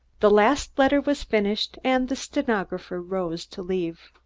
the last letter was finished, and the stenographer arose to leave.